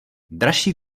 dražší